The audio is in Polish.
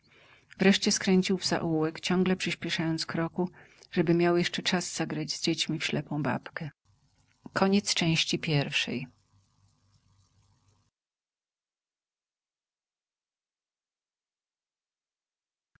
wreszcie skręcił w zaułek ciągle przyspieszając kroku żeby miał jeszcze czas zagrać z dziećmi w ślepą babkę